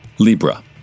Libra